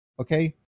okay